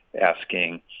asking